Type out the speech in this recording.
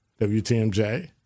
WTMJ